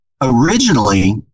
originally